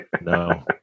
No